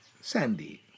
Sandy